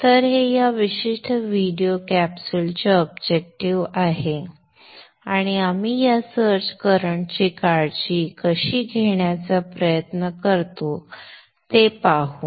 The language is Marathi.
तर हे या विशिष्ट व्हिडिओ कॅप्सूलचे ऑब्जेक्टिव्ह आहे आणि आपण या सर्ज करंट ची काळजी कशी घेण्याचा प्रयत्न करतो ते पाहू